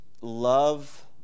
love